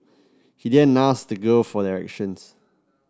he then asked the girl for directions